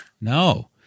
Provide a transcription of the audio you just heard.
no